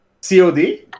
COD